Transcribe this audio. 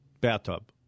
bathtub